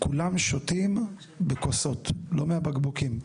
כולם שותים בכוסות, לא מהבקבוקים.